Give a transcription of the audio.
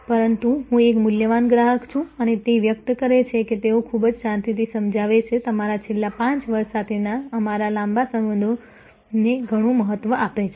પરંતુ હું એક મૂલ્યવાન ગ્રાહક છું અને તે વ્યક્ત કરે છે કે તેઓ ખૂબ જ શાંતિથી સમજાવે છે તમારા છેલ્લા 5 વર્ષ સાથેના અમારા લાંબા સંબંધોને ઘણું મહત્વ આપે છે